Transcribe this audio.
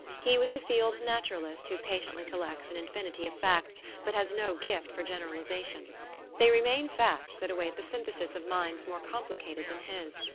he was the field naturalist who patiently collects an infinity of facts, but has no gift for generalisation they re main facts that await the synthesis of minds more complicated than his.